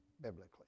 biblically